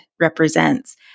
represents